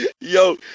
Yo